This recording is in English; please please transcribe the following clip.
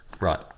Right